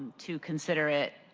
to consider it,